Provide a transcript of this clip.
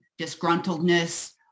disgruntledness